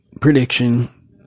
prediction